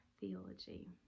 theology